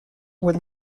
were